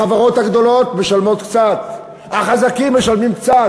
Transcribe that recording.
החברות הגדולות משלמות קצת, החזקים משלמים קצת.